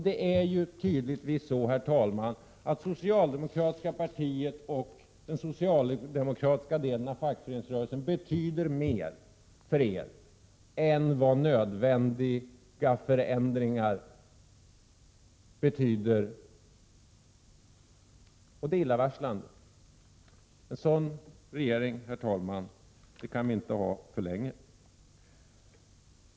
Det är tydligtvis så, herr talman, att det socialdemokratiska partiet och den socialdemokratiska delen av fackföreningsrörelsen betyder mer för er än nödvändiga förändringar. Detta är illavarslande. En sådan regering kan vi inte ha för länge.